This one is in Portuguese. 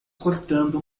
cortando